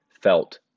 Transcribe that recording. felt